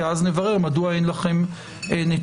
כי אז נברר מדוע אין לכם נתונים.